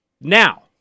Now